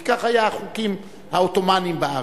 כי כך היו החוקים העות'מאניים בארץ.